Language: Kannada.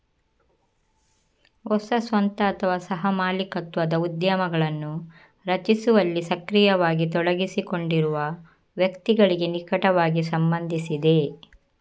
ಹೊಸ ಸ್ವಂತ ಅಥವಾ ಸಹ ಮಾಲೀಕತ್ವದ ಉದ್ಯಮಗಳನ್ನು ರಚಿಸುವಲ್ಲಿ ಸಕ್ರಿಯವಾಗಿ ತೊಡಗಿಸಿಕೊಂಡಿರುವ ವ್ಯಕ್ತಿಗಳಿಗೆ ನಿಕಟವಾಗಿ ಸಂಬಂಧಿಸಿದೆ